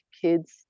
kids